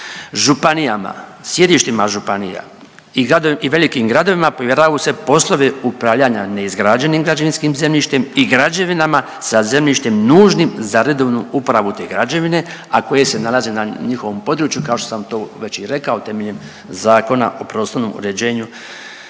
Županijama, sjedištima županijama i velikim gradovima p ovjeravaju se poslovi upravljanja neizgrađenim građevinskim zemljištem i građevinama sa zemljištem nužnim za redovnu uporabu te građevine, a koje se nalaze na njihovom području kao što sam to već i rekao temeljem Zakona o prostornom uređenju,